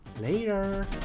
Later